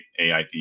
AIP